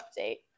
update